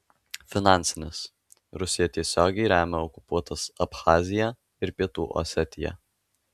finansinis rusija tiesiogiai remia okupuotas abchaziją ir pietų osetiją